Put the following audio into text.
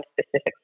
specific